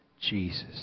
Jesus